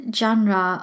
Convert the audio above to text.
genre